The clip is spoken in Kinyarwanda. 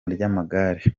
ry’amagare